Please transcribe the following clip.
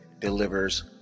delivers